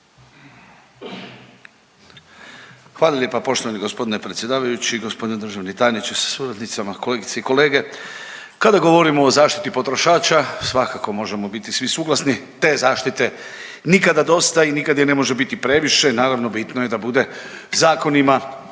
Hvala lijepa poštovani gospodine predsjedavajući, gospodine državni tajniče sa suradnicama, kolegice i kolege. Kada govorimo o zaštiti potrošača svakako možemo biti svi suglasni, te zaštite nikada dosta i nikad je ne može biti previše, naravno bitno je da bude zakonima